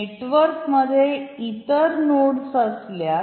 नेटवर्कमध्ये इतर नोड्स असल्यास